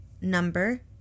number